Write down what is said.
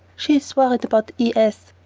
she is worried about e s.